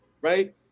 Right